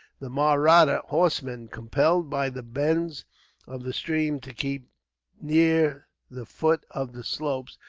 the mahratta horsemen, compelled by the bends of the stream to keep near the foot of the slopes,